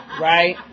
right